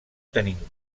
tenint